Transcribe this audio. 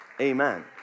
amen